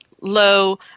low